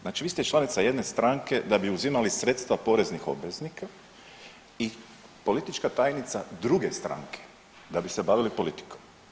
Znači vi ste članica jedne stranke da bi uzimali sredstva poreznih obveznika i politička tajnica druge stranke da bi se bavili politikom.